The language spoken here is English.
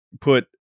put